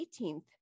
18th